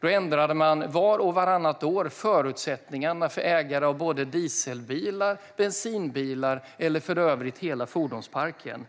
Då ändrade man vart och vartannat år förutsättningarna för ägare av dieselbilar och bensinbilar och för övrigt hela fordonsparken.